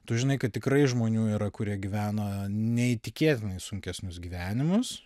tu žinai kad tikrai žmonių yra kurie gyvena neįtikėtinai sunkesnius gyvenimus